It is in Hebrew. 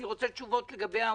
אני רוצה תשובות לגבי העמותות.